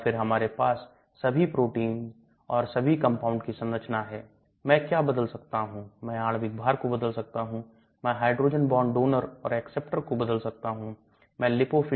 तो फिर पेट को खाली करने का समय 10 मिनट है खरगोश में 30 मिनट कुत्ते में 40 से 50 मिनट और मनुष्य में 60 मिनट है